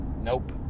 Nope